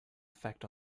effect